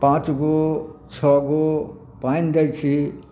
पाँचगो छओगो पानि दै छी